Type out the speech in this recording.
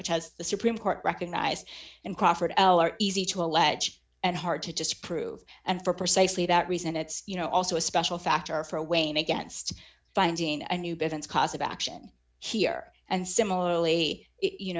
which has the supreme court recognized in crawford are easy to allege and hard to disprove and for precisely that reason it's you know also a special factor for wayne against finding a new business cause of action here and similarly you